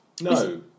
No